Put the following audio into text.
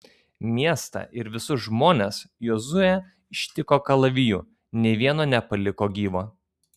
miestą ir visus žmones jozuė ištiko kalaviju nė vieno nepaliko gyvo